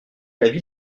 l’avis